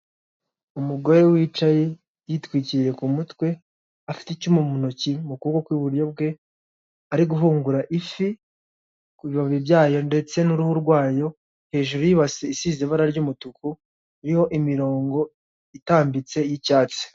Umugore wicaye yitwikiriye ku mutwe afite icyuma mu ntoki mu kuboko kw'iburyo bwe, ari guhungura ifi ku bibabi byayo ndetse n'uruhu rwayo, hejuru yibasi isize ibara ry'umutuku iriho imirongo itambitse y'icyatsi.